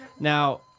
Now